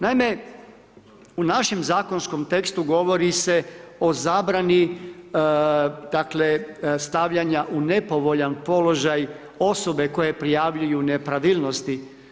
Naime, u našem zakonskom tekstu govori se o zabrani dakle stavljanja u nepovoljan položaj osobe koje prijavljuju nepravilnosti.